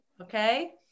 Okay